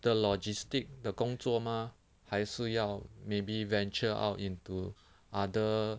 的 logistic 的工作吗还是要 maybe venture out into other